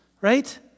right